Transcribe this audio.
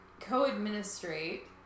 co-administrate